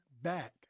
back